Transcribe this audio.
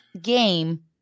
game